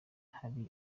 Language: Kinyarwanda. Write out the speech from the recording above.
hari